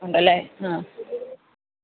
ഉണ്ടല്ലേ ആ